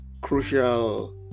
crucial